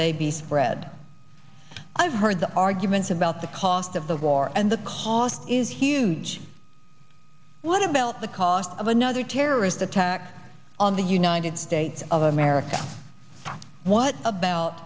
they be spread i've heard the arguments about the cost of the war and the cost is huge what about the cost of another terrorist attack on the united states of america what about